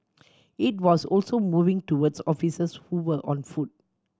it was also moving towards officers who were on foot